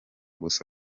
gusa